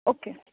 okay